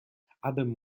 adam